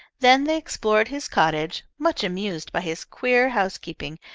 then they explored his cottage, much amused by his queer housekeeping,